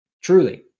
Truly